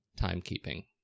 timekeeping